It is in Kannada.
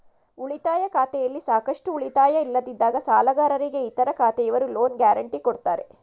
ಉಳಿತಾಯ ಖಾತೆಯಲ್ಲಿ ಸಾಕಷ್ಟು ಉಳಿತಾಯ ಇಲ್ಲದಿದ್ದಾಗ ಸಾಲಗಾರರಿಗೆ ಇತರ ಖಾತೆಯವರು ಲೋನ್ ಗ್ಯಾರೆಂಟಿ ಕೊಡ್ತಾರೆ